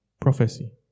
prophecy